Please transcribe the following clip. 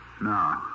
No